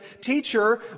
Teacher